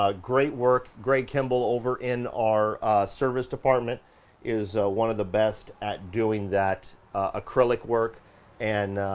ah great work, greg kimble, over in our service department is one of the best at doing that acrylic work and,